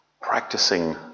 practicing